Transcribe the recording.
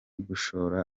gushora